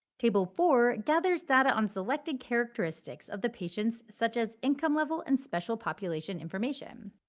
table four gathers data on selected characteristics of the patients such as income level and special population information.